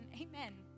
Amen